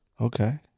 Okay